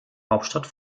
hauptstadt